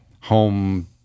home